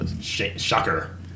Shocker